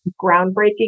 groundbreaking